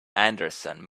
anderson